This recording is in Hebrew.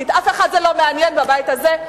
כי זה לא מעניין אף אחד בבית הזה,